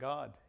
God